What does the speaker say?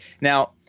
Now